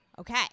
Okay